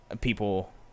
people